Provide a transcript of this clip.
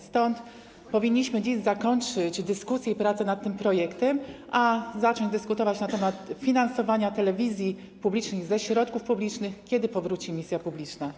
Stąd powinniśmy dziś zakończyć dyskusję i prace nad tym projektem, a zacząć dyskutować na temat finansowania telewizji publicznej ze środków publicznych, kiedy powróci misja publiczna.